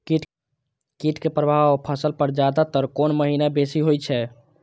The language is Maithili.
कीट के प्रभाव फसल पर ज्यादा तर कोन महीना बेसी होई छै?